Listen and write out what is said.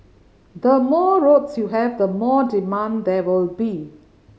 the more roads you have the more demand there will be